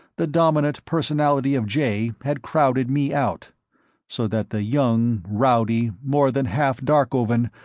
the dominant personality of jay had crowded me out so that the young rowdy, more than half darkovan,